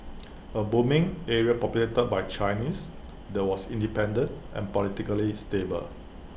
A booming area populated by Chinese that was independent and politically stable